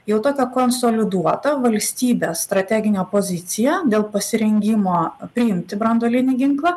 jau tokia konsoliduota valstybės strateginė pozicija dėl pasirengimo priimti branduolinį ginklą